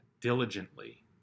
diligently